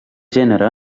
gènere